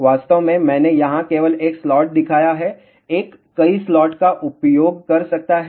वास्तव में मैंने यहां केवल एक स्लॉट दिखाया है एक कई स्लॉट का उपयोग कर सकता है